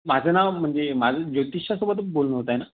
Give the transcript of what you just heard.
माझं नाव म्हणजे माझं ज्योतिषासोबतच बोलनं होतं आहे ना